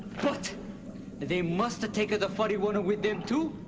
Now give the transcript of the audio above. but they must take the furry one with them too.